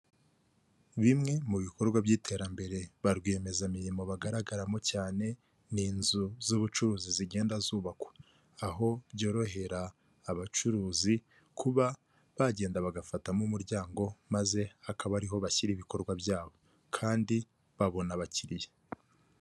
Bimwe mu bikorwa by'iterambere ba rwiyemezamirimo bagaragaramo cyane, ni inzu z'ubucuruzi zigenda zubakwa, aho byorohera abacuruzi kuba bagenda bagafatamo umuryango, maze hakaba ariho bashyira ibikorwa byabo, kandi babona abakiriya.